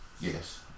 Yes